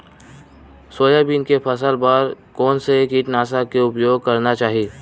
Soybean के फसल बर कोन से कीटनाशक के उपयोग करना चाहि?